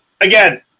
again